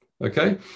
Okay